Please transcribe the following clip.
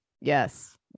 Yes